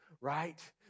Right